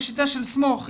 השיטה של סמוך,